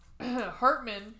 Hartman